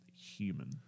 human